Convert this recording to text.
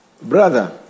Brother